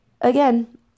again